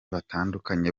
batandukanye